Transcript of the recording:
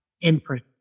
imprint